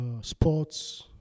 sports